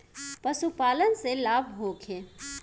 पशु पालन से लाभ होखे?